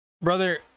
Brother